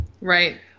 Right